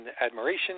admiration